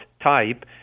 type